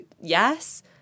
yes